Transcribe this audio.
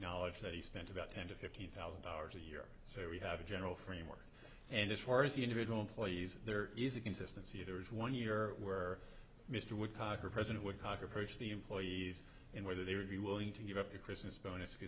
knowledge that he spent about ten to fifty thousand dollars a year so we have a general framework and as far as the individual employees there is a consistency there is one year we're mr woodcock or president woodcock approached the employees in whether they would be willing to give up the christmas bonus because